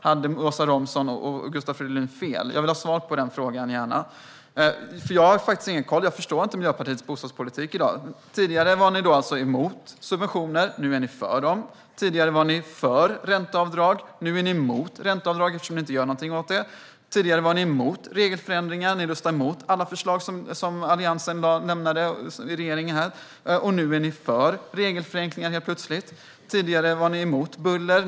Hade Åsa Romson och Gustav Fridolin fel? Jag vill gärna ha svar på det. Jag förstår inte Miljöpartiets bostadspolitik i dag. Tidigare var ni alltså emot subventioner. Nu är ni för dem. Tidigare var ni för ränteavdrag. Nu är ni emot ränteavdrag, eftersom ni inte gör någonting åt situationen. Tidigare var ni emot regelförändringar och röstade emot alla förslag som Alliansen lämnade i regeringsställning, och nu är ni helt plötsligt för regelförenklingar. Tidigare var ni emot buller.